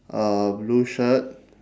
uh blue shirt